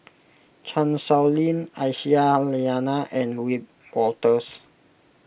Chan Sow Lin Aisyah Lyana and Wiebe Wolters